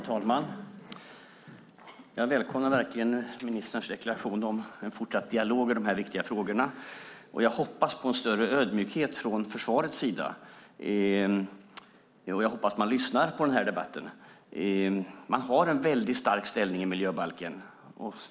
Fru talman! Jag välkomnar ministerns deklaration om en fortsatt dialog i de här viktiga frågorna. Jag hoppas på större ödmjukhet från försvaret och hoppas att man lyssnar på den här debatten. Man har en väldigt stark ställning i miljöbalken.